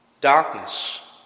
darkness